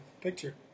picture